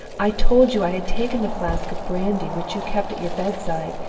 i told you i had taken the flask of brandy which you kept at your bedside,